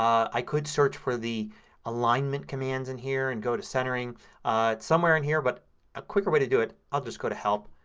i could search for the alignment commands in here and go to centering. it's somewhere in here. but a quicker way to do it, i'll just go to help.